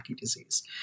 disease